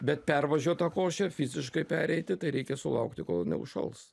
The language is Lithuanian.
bet pervažiuot tą košę fiziškai pereiti tai reikia sulaukti kol jinai užšals